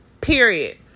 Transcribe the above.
period